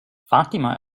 fatima